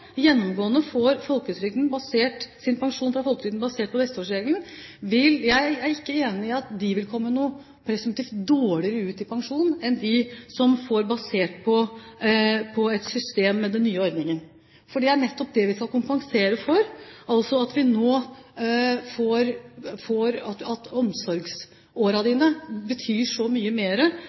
gjennomgående får sin pensjon fra folketrygden basert på besteårsregelen, presumptivt vil komme noe dårligere ut i pensjon enn de som får den basert på et system med den nye ordningen. For det er nettopp det vi skal kompensere for, at omsorgsårene dine betyr så mye mer for din helhetlige pensjon. Jeg oppfatter at